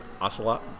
Ocelot